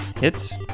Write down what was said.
Hits